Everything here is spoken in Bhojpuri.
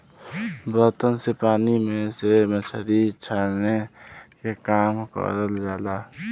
बर्तन से पानी में से मछरी छाने के काम करल जाला